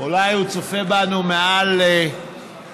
אולי הוא צופה בנו מעל המרקע,